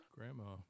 Grandma